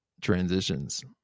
transitions